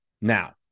now